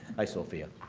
hi, sophia.